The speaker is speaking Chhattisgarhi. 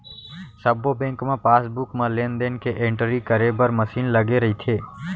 सब्बो बेंक म पासबुक म लेन देन के एंटरी करे बर मसीन लगे रइथे